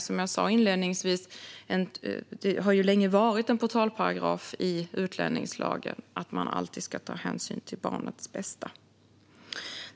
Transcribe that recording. Som jag sa inledningsvis har det länge varit en portalparagraf i utlänningslagen att man alltid ska ta hänsyn till barnets bästa.